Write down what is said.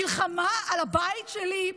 מלחמה על הבית שלי,